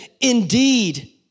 indeed